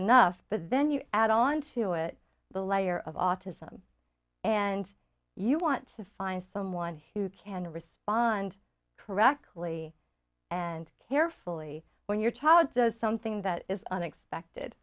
enough but then you add onto it the layer of autism and you want to find someone who can respond correctly and carefully when your child does something that is unexpected